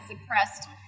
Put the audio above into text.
suppressed